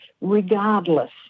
regardless